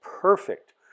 perfect